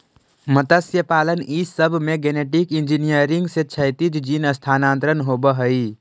मत्स्यपालन ई सब में गेनेटिक इन्जीनियरिंग से क्षैतिज जीन स्थानान्तरण होब हई